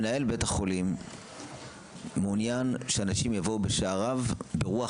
מנהל בית החולים מעוניין שאנשים יבואו בשעריו ברוח